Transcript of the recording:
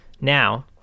Now